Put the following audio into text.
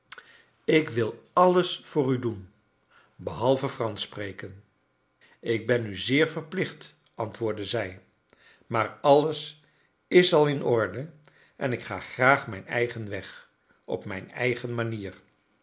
ik wil alles voor u doen behalve fransch sprekcn ik ben u zeer verplicht antwoordde zij maar a lies is al in orde en ik ga graag mijn eigen weg op mijn eigen manier